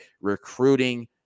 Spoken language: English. recruiting